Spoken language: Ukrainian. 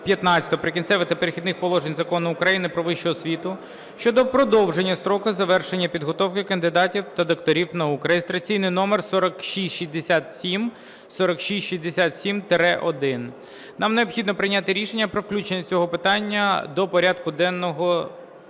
"Прикінцевих та перехідних положень" Закону України "Про вищу освіту" щодо продовження строку завершення підготовки кандидатів та докторів наук (реєстраційний номер 4667, 4667-1). Нам необхідно прийняти рішення про включення цього питання до порядку денного.